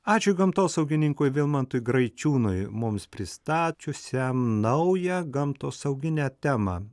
ačiū gamtosaugininkui vilmantui graičiūnui mums pristačiusiam naują gamtosauginę temą